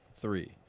three